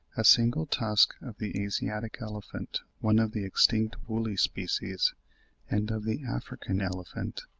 a single tusk of the asiatic elephant one of the extinct woolly species and of the african elephant,